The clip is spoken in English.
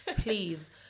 Please